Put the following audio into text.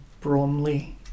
Bromley